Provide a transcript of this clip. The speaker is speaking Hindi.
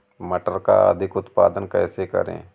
मटर का अधिक उत्पादन कैसे करें?